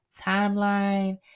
timeline